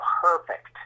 perfect